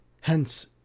Hence